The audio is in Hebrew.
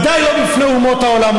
לא עושים, ודאי לא בפני אומות העולם.